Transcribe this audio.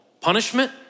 punishment